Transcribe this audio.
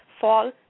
fall